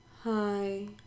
hi